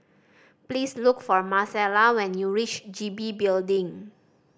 please look for Marcella when you reach G B Building